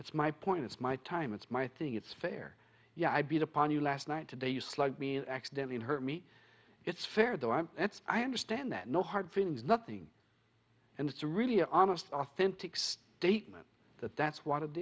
it's my point it's my time it's my thing it's fair yeah i beat upon you last night today use like me accidentally hurt me it's fair that i'm i understand that no hard feelings nothing and it's a really honest authentic statement that that's what